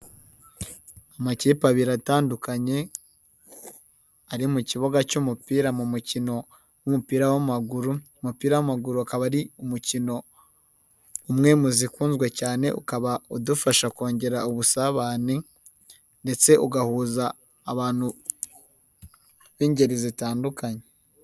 Amakipe abiri atandukanye ari mu kibuga cy'umupira mu mukino w'umupira w'amaguru, umupira w'amaguru akaba ari umukino umwe mu zikunzwe cyane ukaba udufasha kongera ubusabane ndetse ugahuza abantu b'ingeri zitandukanye.